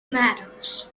matters